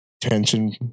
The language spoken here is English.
tension